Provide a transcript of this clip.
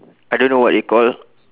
I don't know what you call